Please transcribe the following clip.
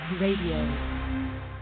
Radio